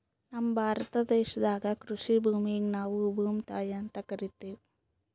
ನಮ್ ಭಾರತ ದೇಶದಾಗ್ ಕೃಷಿ ಭೂಮಿಗ್ ನಾವ್ ಭೂಮ್ತಾಯಿ ಅಂತಾ ಕರಿತಿವ್